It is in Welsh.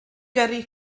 gyrru